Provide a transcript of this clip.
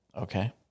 Okay